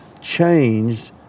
changed